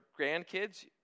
grandkids